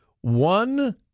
one